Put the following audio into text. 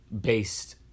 based